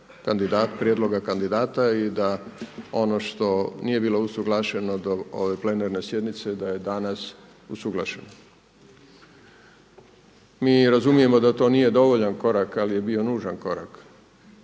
oko prijedloga kandidata i da ono što nije bilo usuglašeno do ove plenarne sjednice da je danas usuglašeno. Mi razumijemo da to nije dovoljan korak ali je bio nužan korak,